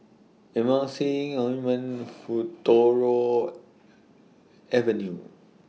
Emulsying Ointment Futuro Avenue